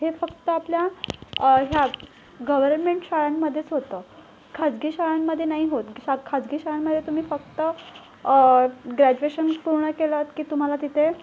हे फक्त आपल्या हया गव्हर्नमेंट शाळांमध्येच होतं खासगी शाळांमध्ये नाही होत खासगी शाळांमध्ये तुम्ही फक्त ग्रॅज्युएशन पूर्ण केलंत की तुम्हाला तिथे